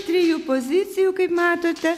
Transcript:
trijų pozicijų kaip matote